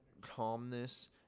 calmness